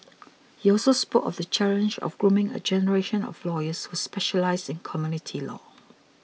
he also spoke of the challenge of grooming a generation of lawyers who specialise in community law